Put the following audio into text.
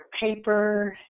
paper